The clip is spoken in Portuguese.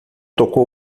tocou